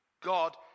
God